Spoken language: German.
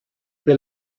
wir